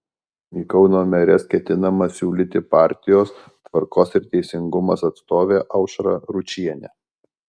į kauno meres ketinama siūlyti partijos tvarkos ir teisingumas atstovę aušrą ručienę